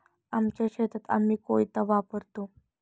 आमच्या शेतात आम्ही कोयता वापरतो